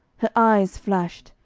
her eyes flashed,